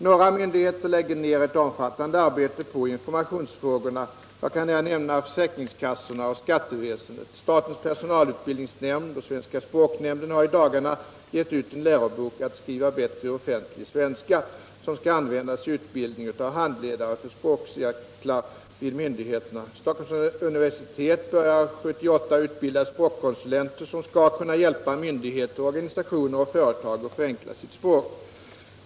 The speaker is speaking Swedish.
Många myndigheter lägger ned ett omfattande arbete på informationsfrågorna. Jag kan här nämna försäkringskassorna och skatteväsendet. Statens personalutbildningsnämnd och svenska språknämnden har i dagarna givit ut en lärobok, Att skriva bättre offentlig svenska, som skall användas i utbildning av handledare för språkcirklar vid myndigheterna. Stockholms universitet börjar 1978 utbilda språkkonsulenter, som skall kunna hjälpa myndigheter, organisationer och företag att förenkla sitt språk.